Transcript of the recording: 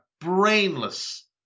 brainless